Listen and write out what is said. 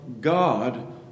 God